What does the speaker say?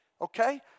okay